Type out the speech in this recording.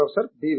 professor B